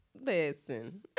listen